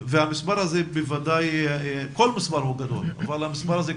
כל מספר הוא גדול אבל המספר הזה,